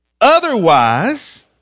Otherwise